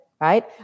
right